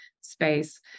space